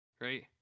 right